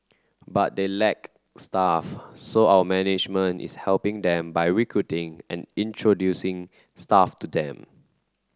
but they lack staff so our management is helping them by recruiting and introducing staff to them